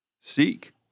seek